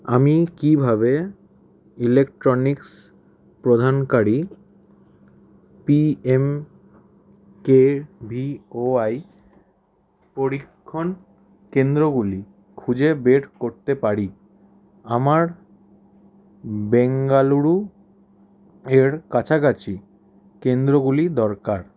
আমি কীভাবে ইলেকট্রনিক্স প্রদানকারী পিএমকেভিওয়াই পরীক্ষণ কেন্দ্রগুলি খুঁজে বের করতে পারি আমার বেঙ্গালুরু এর কাছাকাছি কেন্দ্রগুলি দরকার